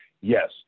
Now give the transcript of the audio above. Yes